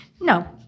No